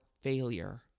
failure